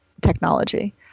technology